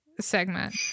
segment